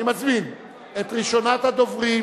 אני מזמין את ראשונת הדוברים